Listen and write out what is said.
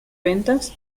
ventas